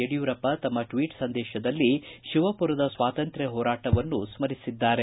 ಯಡಿಯೂರಪ್ಪ ತಮ್ಮ ಟ್ವೀಟ್ ಸಂದೇಶದಲ್ಲಿ ಶಿವಮರದ ಸ್ವಾತಂತ್ರ್ಯ ಹೋರಾಟವನ್ನು ಸ್ಮರಿಸಿದ್ದಾರೆ